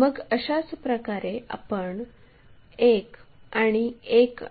मग अशाचप्रकारे आपण 1 आणि 1